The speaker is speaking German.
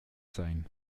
sein